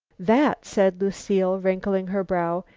that, said lucile, wrinkling her brow,